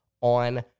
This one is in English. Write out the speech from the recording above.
on